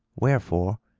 wherefore,